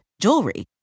jewelry